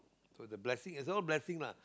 so the blessing is all blessing lah